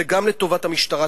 זה גם לטובת המשטרה.